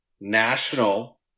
national